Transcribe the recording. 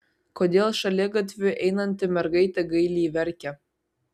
kodėl šaligatviu einanti mergaitė gailiai verkia